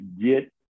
get